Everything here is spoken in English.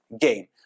game